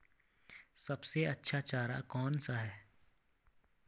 सबसे अच्छा चारा कौन सा है?